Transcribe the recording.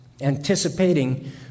anticipating